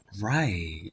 Right